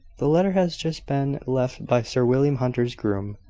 the letter had just been left by sir william hunter's groom.